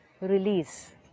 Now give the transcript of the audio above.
release